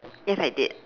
yes I did